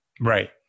Right